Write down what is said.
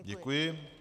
Děkuji.